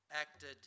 acted